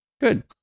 Good